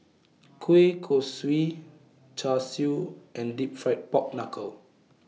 Kueh Kosui Char Siu and Deep Fried Pork Knuckle